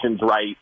right